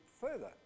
further